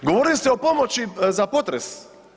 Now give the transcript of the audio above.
Govorili ste o pomoći za potres.